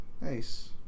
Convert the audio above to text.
Nice